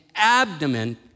abdomen